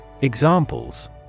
Examples